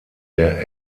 der